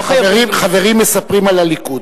זה "חברים מספרים על הליכוד".